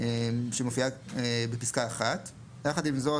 שמופיעה בפסקה 1. יחד עם זאת,